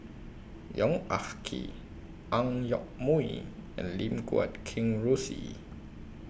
Yong Ah Kee Ang Yoke Mooi and Lim Guat Kheng Rosie